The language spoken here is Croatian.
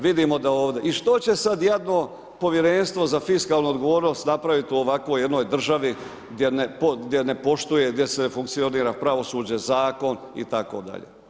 Vidimo da ovdje, i što će sada jadno Povjerenstvo za fiskalnu odgovornost napraviti u ovako jednoj državi gdje ne poštuje, gdje ne funkcionira pravosuđe, zakon itd.